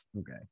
Okay